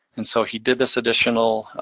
and so he did this additional